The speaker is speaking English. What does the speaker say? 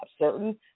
Certain